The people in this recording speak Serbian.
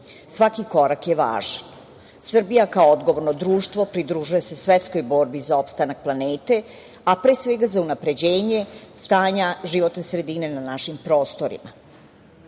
Svaki korak je važan. Srbija kao odgovorno društvo pridružuje se svetskoj borbi za opstanak planete, a pre svega za unapređenje stanja životne sredine na našim prostorima. Možemo